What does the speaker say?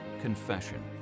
confession